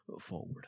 forward